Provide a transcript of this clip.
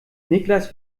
niklas